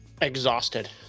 Exhausted